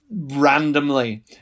randomly